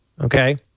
okay